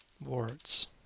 words